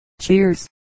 Cheers